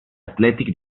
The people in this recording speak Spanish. athletic